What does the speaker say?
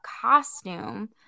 costume